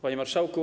Panie Marszałku!